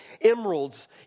emeralds